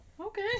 Okay